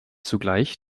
zugleich